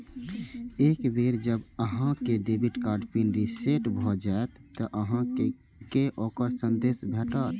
एक बेर जब अहांक डेबिट कार्ड पिन रीसेट भए जाएत, ते अहांक कें ओकर संदेश भेटत